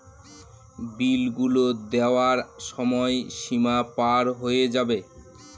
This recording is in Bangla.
বিল গুলো দেওয়ার সময় সীমা পার হয়ে যাবে